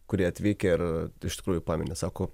kurie atvykę ir iš tikrųjų pameni sako